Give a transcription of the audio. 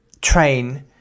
train